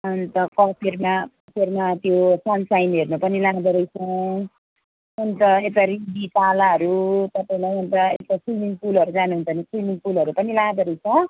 अनि त कफेरमा फेरमा त्यो सनसाइन हेर्न पनि लाँदोरहेछ अनि त यता रिब्दी पालाहरू तपाईँलाई अनि त यता स्विमिङ पुलहरू जानुहुन्छ भने स्विमिङ पुलहरू पनि लाँदोरहेछ